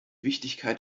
wichtigkeit